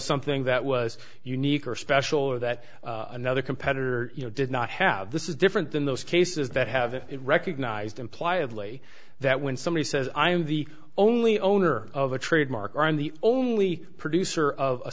something that was unique or special or that another competitor you know did not have this is different than those cases that have it recognized imply of lee that when somebody says i am the only owner of a trademark or i'm the only producer of